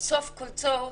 סוף כל סוף